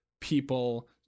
people